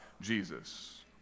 Jesus